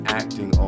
acting